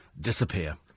disappear